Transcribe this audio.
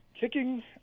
kicking